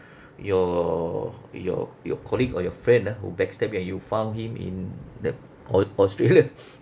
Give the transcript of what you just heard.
your your your colleague or your friend ah who backstab you and you found him in the au~ australia